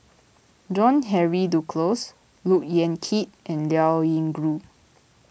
John Henry Duclos Look Yan Kit and Liao Yingru